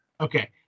Okay